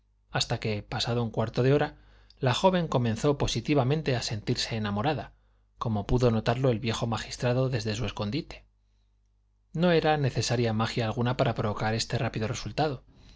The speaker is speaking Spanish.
hasta que pasado un cuarto de hora la joven comenzó positivamente a sentirse enamorada como pudo notarlo el viejo magistrado desde su escondite no era necesaria magia alguna para provocar este rápido resultado